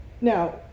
Now